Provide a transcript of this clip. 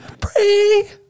Pray